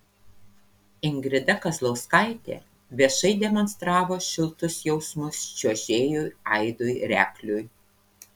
ingrida kazlauskaitė viešai demonstravo šiltus jausmus čiuožėjui aidui rekliui